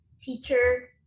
teacher